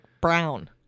brown